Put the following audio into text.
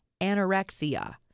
anorexia